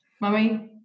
Mummy